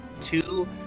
two